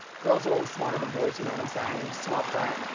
girls are always smarter than boys, you know what i'm saying? smart fact.